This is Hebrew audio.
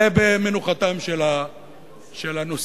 ובמנוחתם של הנוסעים.